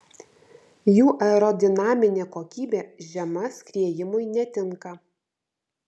jų aerodinaminė kokybė žema skriejimui netinka